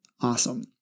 awesome